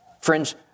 Friends